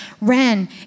Ren